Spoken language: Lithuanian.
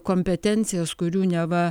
kompetencijas kurių neva